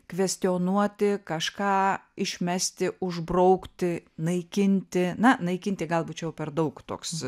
kvestionuoti kažką išmesti užbraukti naikinti na naikinti gal būt čia jau per daug toks